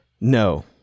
No